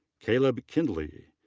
caleb kindley.